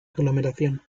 aglomeración